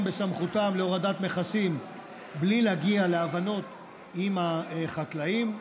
בסמכותם להורדת מכסים בלי להגיע להבנות עם החקלאים.